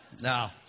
Now